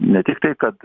ne tiktai kad